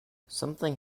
something